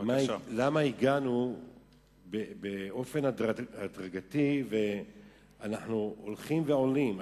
למה הגענו באופן הדרגתי, ואנחנו הולכים ועולים.